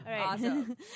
Awesome